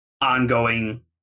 ongoing